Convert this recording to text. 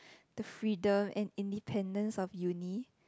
the freedom and independence of uni